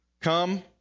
Come